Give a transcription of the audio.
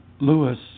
Lewis